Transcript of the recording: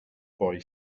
boy